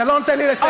אתה לא נותן לי לסיים.